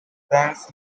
parents